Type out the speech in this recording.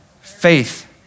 Faith